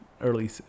early